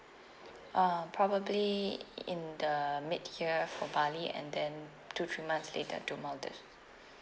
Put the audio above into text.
um probably in the mid year for bali and then two three months later to maldives